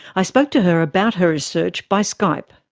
i spoke to her about her research by skype.